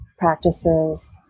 Practices